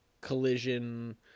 collision